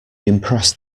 impressed